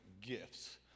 gifts